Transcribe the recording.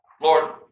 Lord